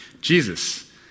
Jesus